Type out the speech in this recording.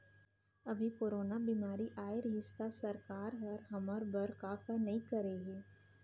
अभी कोरोना बेमारी अए रहिस त सरकार हर हमर बर का का नइ करे हे